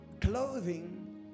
clothing